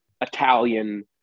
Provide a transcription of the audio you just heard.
Italian